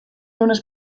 unes